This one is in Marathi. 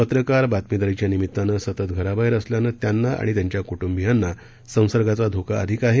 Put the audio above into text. पत्रकार बातमीदारीच्या निमित्तानं सतत घराबाहेर असल्यानं त्यांना आणि त्यांच्या कुटुंबियांना संसर्गाचा धोका अधिक आहे